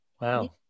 Wow